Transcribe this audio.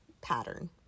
pattern